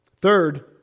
Third